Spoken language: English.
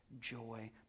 joy